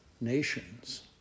nations